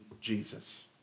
Jesus